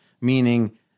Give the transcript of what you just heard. meaning